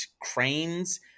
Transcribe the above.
cranes